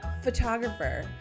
photographer